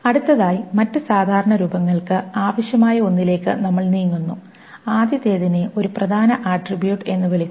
അടുത്തതായി മറ്റ് സാധാരണ രൂപങ്ങൾക്ക് ആവശ്യമായ ഒന്നിലേക്ക് നമ്മൾ നീങ്ങുന്നു ആദ്യത്തേതിനെ ഒരു പ്രധാന ആട്രിബ്യൂട്ട് എന്ന് വിളിക്കുന്നു